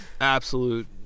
Absolute